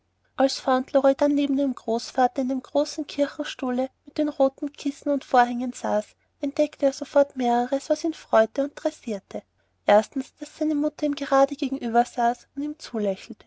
als fauntleroy dann neben dem großvater in dem großen kirchenstuhle mit den roten kissen und vorhängen saß entdeckte er sofort mehreres was ihn freute und tressierte erstens daß seine mutter ihm gerade gegenübersaß und ihm zulächelte